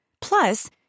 Plus